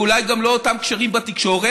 ואולי גם לא אותם קשרים בתקשורת,